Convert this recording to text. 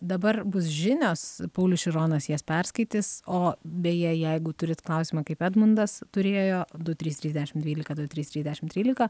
dabar bus žinios paulius šironas jas perskaitys o beje jeigu turit klausimą kaip edmundas turėjo du trys trys dešim dvylika du trys trys dešim trylika